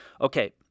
Okay